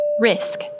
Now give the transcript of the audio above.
Risk